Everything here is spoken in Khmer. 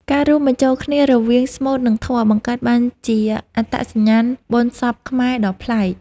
ការរួមបញ្ចូលគ្នារវាងស្មូត និងធម៌ បង្កើតបានជាអត្តសញ្ញាណបុណ្យសពខ្មែរដ៏ប្លែក។